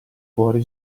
fuori